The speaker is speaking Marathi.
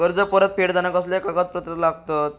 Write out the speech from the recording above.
कर्ज परत फेडताना कसले कागदपत्र लागतत?